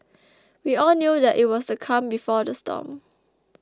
we all knew that it was the calm before the storm